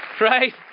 Right